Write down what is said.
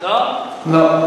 לא, לא.